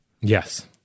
Yes